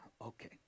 Okay